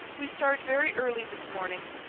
we start very early this morning.